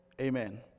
Amen